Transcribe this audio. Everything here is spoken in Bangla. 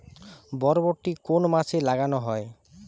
বরবটি কোন মাসে লাগানো হয়?